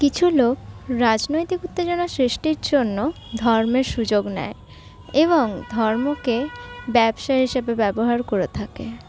কিছু লোক রাজনৈতিক উত্তেজনা সৃষ্টির জন্য ধর্মের সুযোগ নেয় এবং ধর্মকে ব্যবসা হিসাবে ব্যবহার করে থাকে